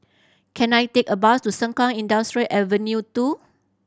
can I take a bus to Sengkang Industrial Avenue Two